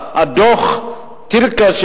על-פי דוח-טירקל,